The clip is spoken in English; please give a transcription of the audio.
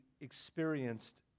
experienced